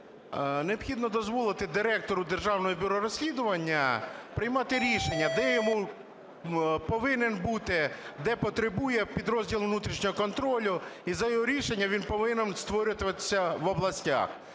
необхідно дозволити директору Державного бюро розслідувань приймати рішення, де йому повинен бути, де потребує підрозділ внутрішнього контролю, і за його рішенням він повинен створюватися в областях.